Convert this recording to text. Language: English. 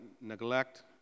neglect